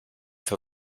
for